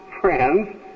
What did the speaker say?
friends